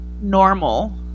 normal